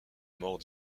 mort